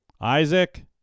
Isaac